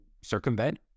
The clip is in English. circumvent